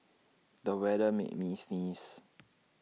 the weather made me sneeze